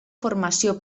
formació